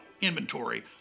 inventory